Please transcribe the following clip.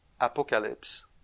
apocalypse